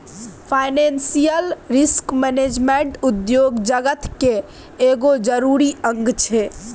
financial risk management उद्योग जगत केर एगो जरूरी अंग छै